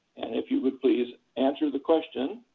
and if you would please answer the question.